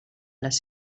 les